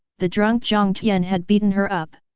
the drunk jiang tian had beaten her up.